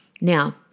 Now